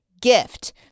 gift